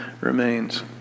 remains